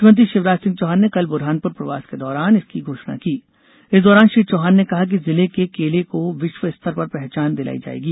मुख्यमंत्री शिवराज सिंह चौहान ने कल बुरहानपुर प्रवास के दौरान इसकी घोषणा की इस दौरान श्री चौहान ने कहा कि जिले के केले को विश्व स्तर पर पहचान दिलाई जाएगी